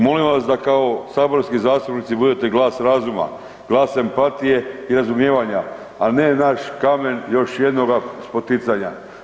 Molimo vas da kao saborski zastupnici bude glas razuma, glas empatije i razumijevanja, a ne naš kamen još jednoga spoticanja.